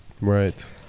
Right